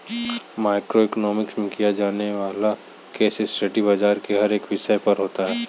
micro economics में किया जाने वाला केस स्टडी बाजार के हर एक विषय पर होता है